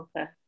Okay